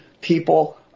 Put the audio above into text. people